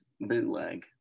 bootleg